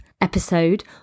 episode